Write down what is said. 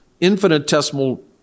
infinitesimal